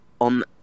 on